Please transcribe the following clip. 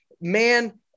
man